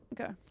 okay